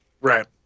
Right